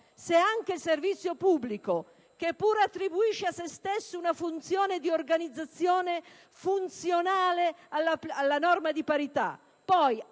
Se anche il servizio pubblico, che pure attribuisce a se stesso una funzione di organizzazione funzionale alla norma di parità,